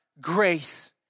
grace